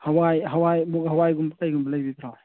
ꯍꯥꯋꯥꯏ ꯃꯨꯛ ꯍꯥꯋꯥꯏꯒꯨꯝ ꯀꯔꯤꯒꯨꯝꯕ ꯂꯩꯕꯤꯕ꯭ꯔꯣ